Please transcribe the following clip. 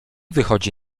wychodzi